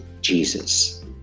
jesus